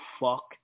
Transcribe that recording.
Fuck